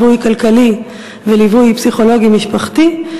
ליווי כלכלי וליווי פסיכולוגי משפחתי,